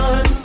One